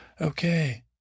Okay